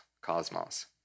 cosmos